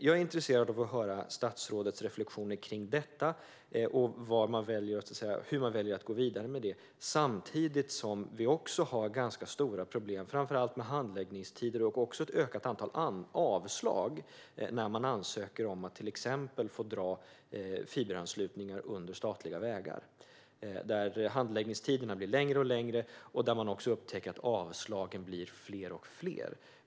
Jag är intresserad av att höra statsrådets reflektioner kring detta och hur man väljer att gå vidare. Samtidigt har vi även ganska stora problem framför allt med handläggningstider och ett ökat antal avslag på ansökningar om att till exempel få dra fiberanslutningar under statliga vägar. Handläggningstiderna blir längre och längre, och man upptäcker också att avslagen blir fler och fler.